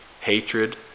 hatred